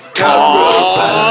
caravan